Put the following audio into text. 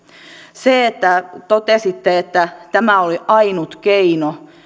totesitte että tämä oli ainut keino